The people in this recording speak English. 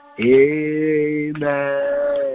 Amen